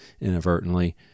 inadvertently